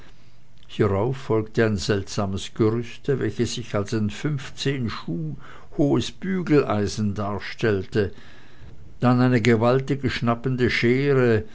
hierauf folgte ein seltsames gerüste welches sich als ein fünfzehn schuh hohes bügeleisen darstellte dann eine gewaltig schnappende schere